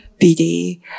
BD